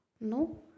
No